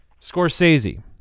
Scorsese